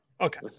okay